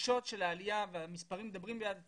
הדרישות של העלייה והמספרים מדברים בעד עצמם,